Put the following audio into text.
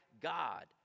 God